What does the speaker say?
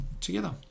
together